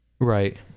Right